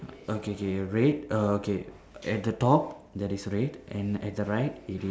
okay K red err okay at the top there is red and at the right it is